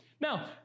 Now